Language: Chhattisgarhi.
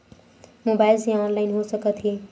मोबाइल से ऑनलाइन हो सकत हे?